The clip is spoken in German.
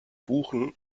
buchen